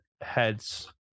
heads